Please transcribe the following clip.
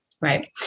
Right